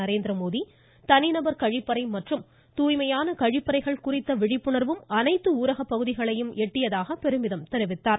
நரேந்திர மோடி தனிநபர் கழிப்பறை மற்றும் தூய்மையான கழிப்பறைகள் குறித்த விழிப்புணர்வு அனைத்து ஊரகப்பகுதிகளையும் எட்டியதாக பெருமிதம் தெரிவித்தார்